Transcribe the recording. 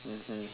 mmhmm